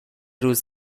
روز